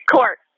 Court